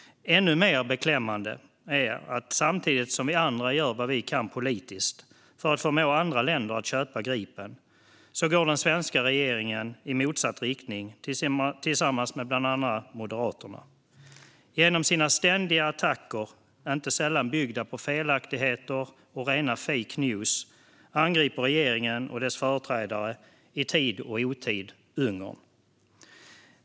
Ännu mer beklämmande är det att samtidigt som vi andra gör vad vi kan politiskt för att förmå andra länder att köpa Gripen går den svenska regeringen i motsatt riktning tillsammans med bland annat Moderaterna. Genom sina ständiga attacker, inte sällan byggda på felaktigheter och rena fake news, angriper regeringen och dess företrädare i tid och otid Ungern.